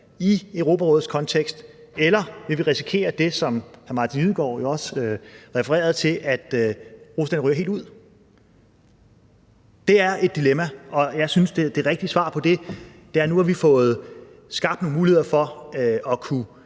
i Europarådets kontekst, eller vil vi risikere det, som hr. Martin Lidegaard jo også refererede til, nemlig at Rusland ryger helt ud? Det er et dilemma, og jeg synes, at det rigtige svar på det er, at vi nu har fået skabt nogle muligheder for stadig